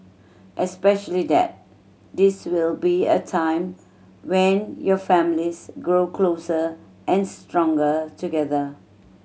especially that this will be a time when your families grow closer and stronger together